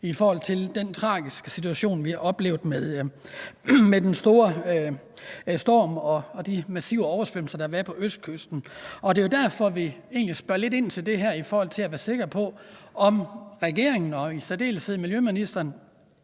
i forhold til den tragiske situation, vi oplevede med den store storm og de massive oversvømmelser, der har været på østkysten. Det er egentlig derfor, vi spørger ind til det her, altså for at være sikre på, at regeringen og i særdeleshed miljøministeren